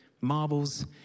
Marbles